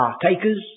partakers